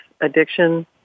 addiction